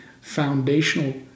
foundational